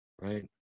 right